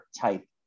type